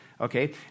Okay